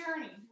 journey